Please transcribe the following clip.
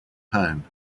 home